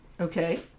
Okay